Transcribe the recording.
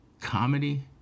comedy